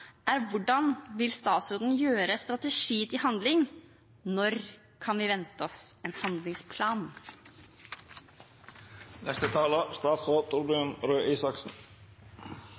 Hvordan vil statsråden gjøre strategi til handling? Når kan vi vente oss en